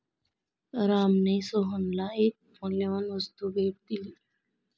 रामने सोहनला एक मौल्यवान वस्तू भेट दिली